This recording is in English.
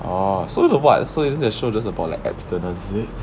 orh so like what so isn't the show just about abstinence is it